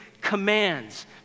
commands